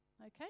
Okay